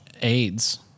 AIDS